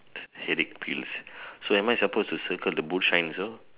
headache pills so am I suppose to circle the boot shine also